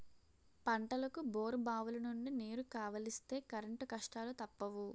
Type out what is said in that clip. పంటలకు బోరుబావులనుండి నీరు కావలిస్తే కరెంటు కష్టాలూ తప్పవు